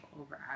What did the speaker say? over